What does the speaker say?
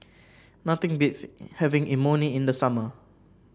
nothing beats having Imoni in the summer